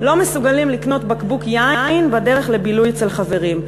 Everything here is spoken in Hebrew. לא מסוגלים לקנות בקבוק יין בדרך לבילוי אצל חברים.